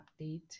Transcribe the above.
update